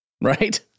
right